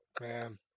Man